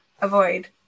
avoid